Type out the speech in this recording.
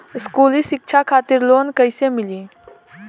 स्कूली शिक्षा खातिर लोन कैसे मिली?